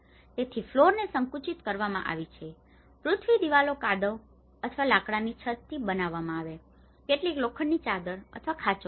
તેથી ફ્લોરને સંકુચિત કરવામાં આવી છે પૃથ્વી દિવાલો કાદવ અથવા લાકડાની છતથી બનાવવામાં આવે છે કેટલીકવાર લોખંડની ચાદર અથવા ખાંચો હોય છે